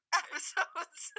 episodes